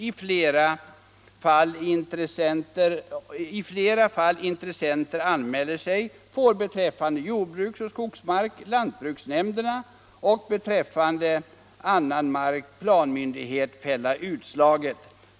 Ifall flera intressenter anmäler sig får beträffande jordbruks och skogsmark lantbruksnämnden och beträffande annan mark planmyndigheten fälla utslaget.